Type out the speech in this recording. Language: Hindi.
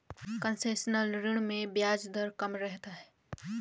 कंसेशनल ऋण में ब्याज दर कम रहता है